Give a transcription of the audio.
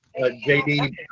JD